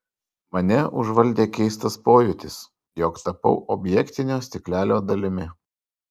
mane užvaldė keistas pojūtis jog tapau objektinio stiklelio dalimi